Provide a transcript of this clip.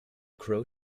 crow